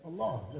Allah